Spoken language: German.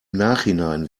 nachhinein